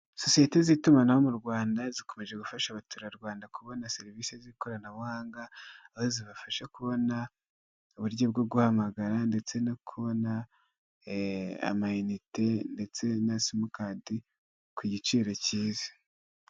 Sosiyete z'itumanaho mu Rwanda zikomeje gufasha abaturarwanda kubona serivise z'ikoranabuhanga aho zibafasha kubona uburyo bwo guhamagara ndetse no kubona ama inite ndetse na simukadi ku giciro cyiza.